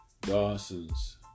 Dawson's